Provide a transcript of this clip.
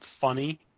funny